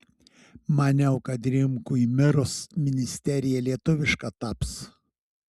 maniau kad rimkui mirus ministerija lietuviška taps